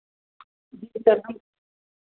जी sir हम